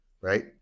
Right